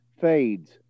fades